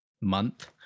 month